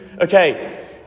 Okay